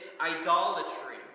idolatry